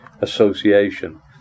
association